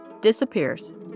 disappears